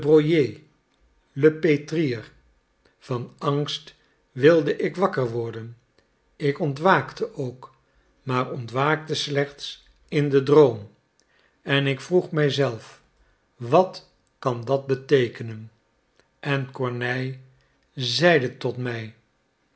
pétrir van angst wilde ik wakker worden ik ontwaakte ook maar ontwaakte slechts in den droom en ik vroeg mij zelf wat kan dat beteekenen en kornei zeide tot mij